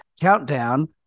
countdown